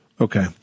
Okay